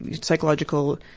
psychological